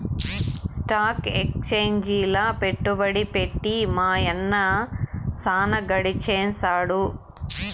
stock ఎక్సేంజిల పెట్టుబడి పెట్టి మా యన్న సాన గడించేసాడు